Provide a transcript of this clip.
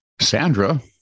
Sandra